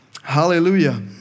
Hallelujah